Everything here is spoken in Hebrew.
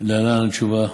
להלן התשובה: